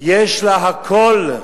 יש לה הכול.